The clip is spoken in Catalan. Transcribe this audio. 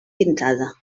pintada